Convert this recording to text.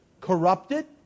corrupted